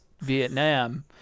Vietnam